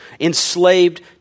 enslaved